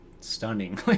stunning